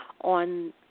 on